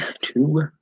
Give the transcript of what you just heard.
two